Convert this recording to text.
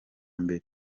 mbere